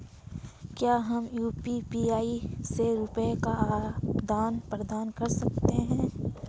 क्या हम यू.पी.आई से रुपये का आदान प्रदान कर सकते हैं?